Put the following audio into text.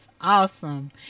awesome